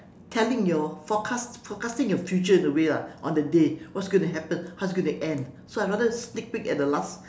telling your forecast forecasting your future in a way lah on the day what's going to happen how it's gonna end so I rather sneak peek at the last